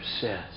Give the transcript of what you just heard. says